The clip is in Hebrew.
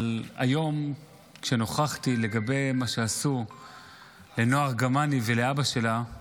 אבל היום כשנוכחתי לגבי מה שעשו לנועה ארגמני ולאבא שלה,